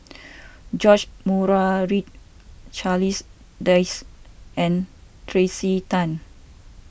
George Murray Reith Charles Dyce and Tracey Tan